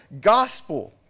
gospel